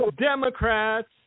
Democrats